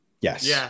Yes